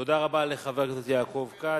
תודה רבה לחבר הכנסת יעקב כץ.